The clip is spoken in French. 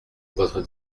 votre